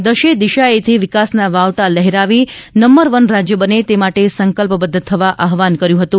દસે દિશાએથી વિકાસના વાવટા લહેરાવી નંબર વન રાજ્ય બને તે માટે સંકલ્પબદ્ધ થવા આહ્વાન કર્યું હતું